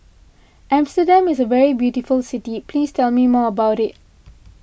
Amsterdam is a very beautiful city please tell me more about it